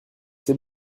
ces